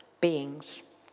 beings